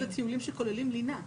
צריך לזכור שאלה טיולים שכוללים לינה.